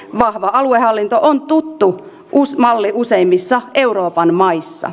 vahva aluehallinto on tuttu malli useimmissa euroopan maissa